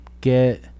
get